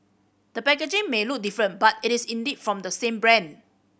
the packaging may look different but it is indeed from the same brand